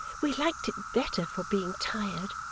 we liked it better for being tired,